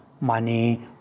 money